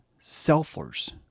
selfers